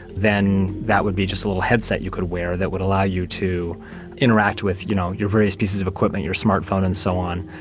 then that would be just a little headset you could wear that would allow you to interact with you know your various pieces of equipment, your smart phone and so on,